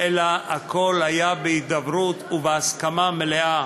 אלא הכול היה בהידברות ובהסכמה מלאה,